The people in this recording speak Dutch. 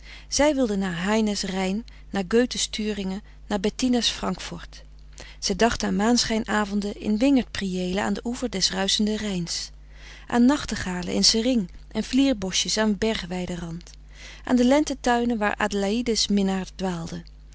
zij wilden naar heine's rijn naar goethe's thüringen naar bettina's frankfort zij dachten aan maanschijn avonden in wingert priëelen aan den oever des ruischenden rijns aan nachtegalen in sering en vlier boschjes aan bergweide rand aan de lente tuinen waar adelaïde's minnaar dwaalde